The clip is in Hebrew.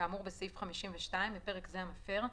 כאמור בסעיף 52 (בפרק זה המפר),